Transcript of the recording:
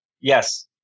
Yes